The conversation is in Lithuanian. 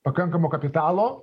pakankamo kapitalo